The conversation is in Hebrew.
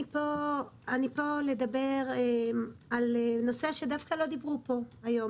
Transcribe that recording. אני פה לדבר על נושא שדווקא לא דיברו עליו היום.